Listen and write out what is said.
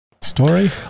Story